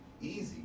easy